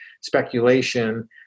speculation